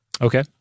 Okay